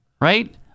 right